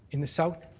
in the south,